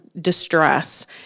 distress